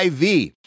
IV